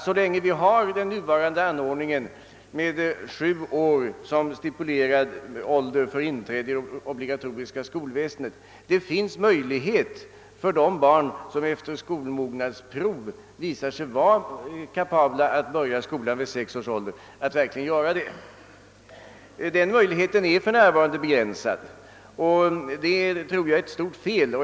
Så länge vi har den nuvarande anordningen med sju år som stipulerad ålder för inträde i det obligatoriska skolväsendet är det vidare angeläget att det finns möjlighet för skolmogna barn att börja skolan vid sex års ålder. Den möjligheten är för närvarande begränsad, vilket jag tror är ett stort fel.